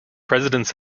presidents